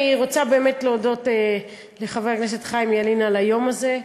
אני רוצה להודות לחבר הכנסת חיים ילין על היום הזה,